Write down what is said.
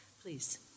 please